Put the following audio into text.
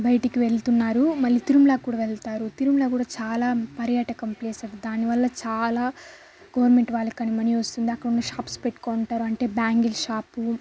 బయటకు వెళ్తున్నారు మళ్ళీ తిరుమలకు కూడా వెళ్తారు తిరుమల చాలా పర్యాటకం ప్లేస్ అది దానివల్ల చాలా గవర్నమెంట్ వాళ్ళకి మనీ వస్తుంది అక్కడున్న షాప్స్ పెట్టుకుని ఉంటారు అంటే బ్యాంగిల్ షాప్